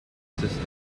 system